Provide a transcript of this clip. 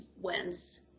wins